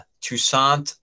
Toussaint